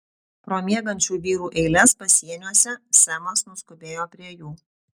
pro miegančių vyrų eiles pasieniuose semas nuskubėjo prie jų